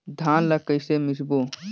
धान ला कइसे मिसबो?